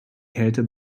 kälte